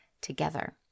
together